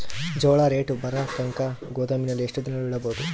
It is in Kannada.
ಜೋಳ ರೇಟು ಬರತಂಕ ಗೋದಾಮಿನಲ್ಲಿ ಎಷ್ಟು ದಿನಗಳು ಯಿಡಬಹುದು?